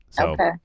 Okay